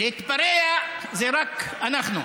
להתפרע זה רק אנחנו,